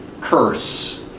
curse